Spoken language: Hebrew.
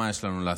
מה יש לנו לעשות,